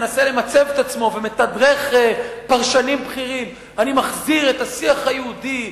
מנסה למצב את עצמו ומתדרך פרשנים בכירים: אני מחזיר את השיח היהודי,